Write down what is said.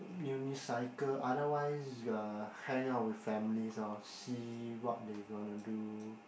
unicycle otherwise uh hang out with families lor see what they gonna do